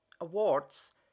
awards